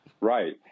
Right